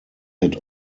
had